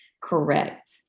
correct